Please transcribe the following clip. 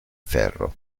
ferro